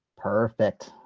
perfect.